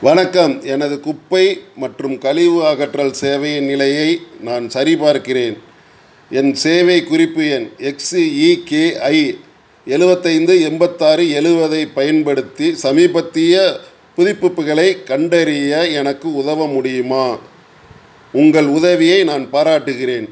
வணக்கம் எனது குப்பை மற்றும் கழிவு அகற்றல் சேவையின் நிலையை நான் சரிப்பார்க்கிறேன் என் சேவைக் குறிப்பு எண் எக்ஸுஇகேஐ எழுவத்தைந்து எண்பத்தாறு எழுவதைப் பயன்படுத்தி சமீபத்திய புதுப்பிப்புகளைக் கண்டறிய எனக்கு உதவ முடியுமா உங்கள் உதவியை நான் பாராட்டுகிறேன்